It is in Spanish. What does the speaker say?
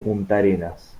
puntarenas